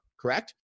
correct